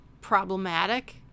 Problematic